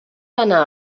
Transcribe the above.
anar